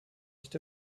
nicht